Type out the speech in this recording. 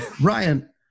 Ryan